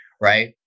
right